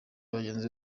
bagenzi